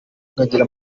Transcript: nkagira